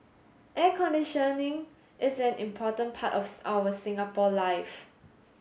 air conditioning is an important part of our Singapore life